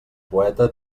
poeta